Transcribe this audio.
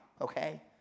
okay